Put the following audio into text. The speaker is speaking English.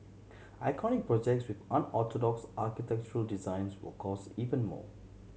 iconic projects with unorthodox architectural designs will cost even more